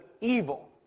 evil